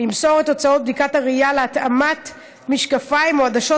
למסור את תוצאות בדיקת הראייה להתאמת משקפיים או עדשות